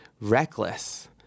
reckless